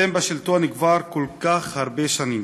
אתם בשלטון כבר כל כך הרבה שנים,